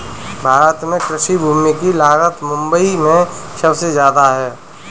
भारत में कृषि भूमि की लागत मुबई में सुबसे जादा है